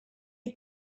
had